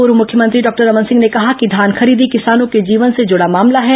पूर्व मुख्यमंत्री डॉक्टर रमन सिंह ने कहा कि धान खरीदी किसानों के जीवन से जुड़ा मामला है